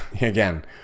again